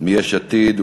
מיש עתיד,